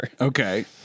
Okay